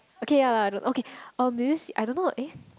okay ya lah okay do you see I don't know eh